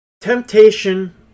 Temptation